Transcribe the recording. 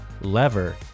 lever